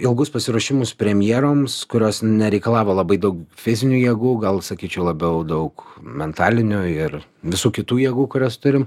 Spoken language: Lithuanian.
ilgus pasiruošimus premjeroms kurios nereikalavo labai daug fizinių jėgų gal sakyčiau labiau daug mentalinių ir visų kitų jėgų kurias turim